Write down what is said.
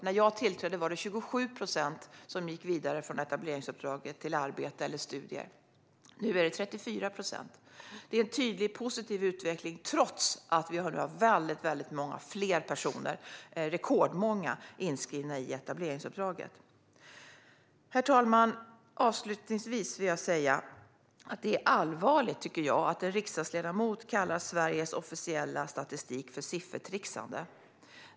När jag tillträdde var det 27 procent som gick vidare från etableringsuppdraget till arbete eller studier. Nu är det 34 procent. Det är en tydlig positiv utveckling trots att det är rekordmånga personer inskrivna i etableringsuppdraget. Herr talman! Avslutningsvis vill jag säga att det är allvarligt att en riksdagsledamot kallar Sveriges officiella statistik för siffertrixande.